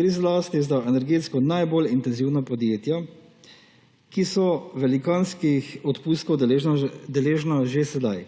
Gre zlasti za energetsko najbolj intenzivna podjetja, ki so velikanskih odpustkov deležna že sedaj.